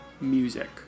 music